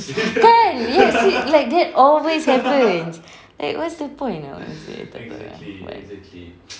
kan yes it like that always happens like what's the point lah honestly I tak tahu lah [what]